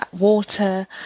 water